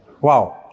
Wow